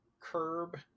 curb